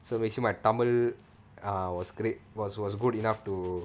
so basically my tamil err was great was was good enough to